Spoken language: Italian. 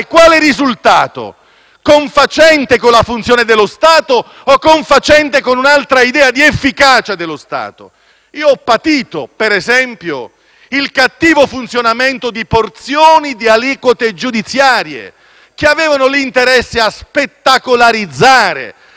Confacente con la funzione dello Stato o confacente con un'altra idea di efficacia dello Stato? Io ho patito - per esempio - il cattivo funzionamento di porzioni di aliquote giudiziarie che avevano l'interesse a spettacolarizzare, a organizzare l'attacco